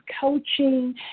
coaching